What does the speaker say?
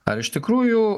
ar iš tikrųjų